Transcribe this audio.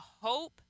hope